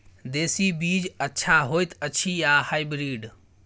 देसी बीज अच्छा होयत अछि या हाइब्रिड?